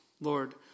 Lord